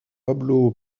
pablo